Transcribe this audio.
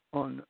on